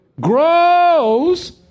grows